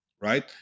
right